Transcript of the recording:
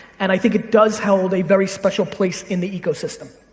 and i think it does hold a very special place in the ecosystem.